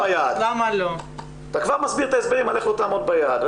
--- אתה כבר מסביר לי את ההסברים על איך לא תעמוד ביעד,